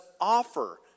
offer